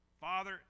Father